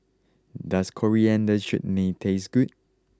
does Coriander Chutney taste good